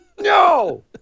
No